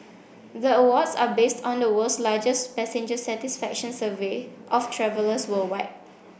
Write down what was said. the awards are based on the world's largest passenger satisfaction survey of travellers worldwide